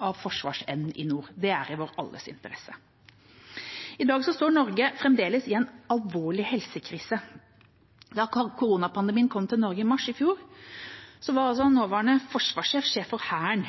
av forsvarsevnen i nord. Det er i vår alles interesse. I dag står Norge fremdeles i en alvorlig helsekrise. Da koronapandemien kom til Norge i mars i fjor, var